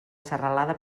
serralada